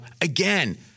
Again